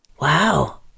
Wow